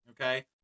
Okay